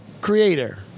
Creator